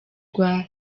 rwa